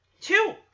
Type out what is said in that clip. Two